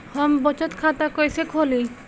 हम बचत खाता कइसे खोलीं?